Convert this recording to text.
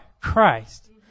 Christ